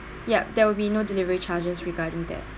yup there will be no delivery charges regarding that